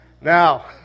Now